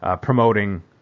promoting